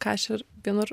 ką aš ir vienur